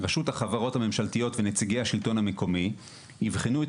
רשות החברות הממשלתיות ונציגי השלטון המקומי יבחנו את